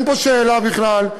אין פה שאלה בכלל.